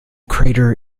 crater